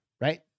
Right